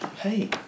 Hey